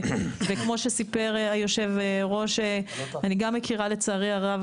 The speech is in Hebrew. וכמו שסיפר היושב-ראש אני גם מכירה לצערי הרב